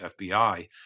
FBI